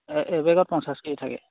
এবেগত পঞ্চাছকেই থাকে